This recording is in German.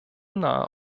nahe